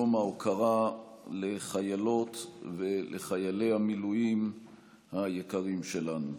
יום ההוקרה לחיילות ולחיילי המילואים היקרים שלנו.